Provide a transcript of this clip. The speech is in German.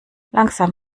langsam